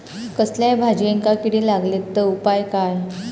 कसल्याय भाजायेंका किडे लागले तर उपाय काय?